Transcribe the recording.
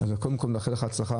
אז קודם כול נאחל לך הצלחה,